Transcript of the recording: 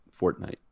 Fortnite